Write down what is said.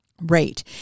rate